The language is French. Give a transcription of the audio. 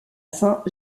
saint